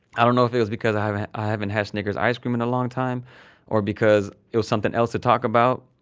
i don't know if it's because i i hadn't had snickers ice cream in a long time or because it was something else to talk about.